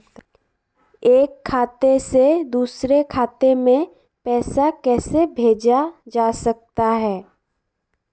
एक खाते से दूसरे खाते में पैसा कैसे भेजा जा सकता है?